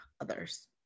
others